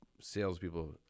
salespeople